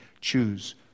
choose